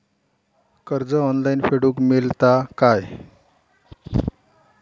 कर्ज ऑनलाइन फेडूक मेलता काय?